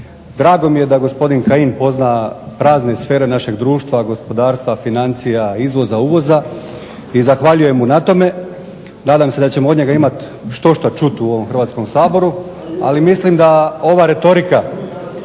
Drago mi je da gospodin Kajin pozna razne sfere našeg društva, gospodarstva, financija, izvoza, uvoza, i zahvaljujem mu na tome, nadam se da ćemo od njega imati štošta čuti u ovom Hrvatskom saboru, ali mislim da ova retorika